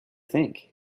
think